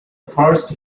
first